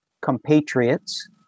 compatriots